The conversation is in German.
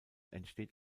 entsteht